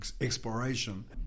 exploration